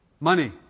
Money